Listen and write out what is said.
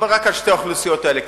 אני מדבר רק על שתי האוכלוסיות האלה,